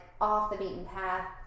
off-the-beaten-path